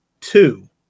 two